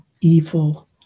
evil